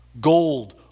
Gold